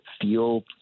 feel